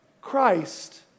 Christ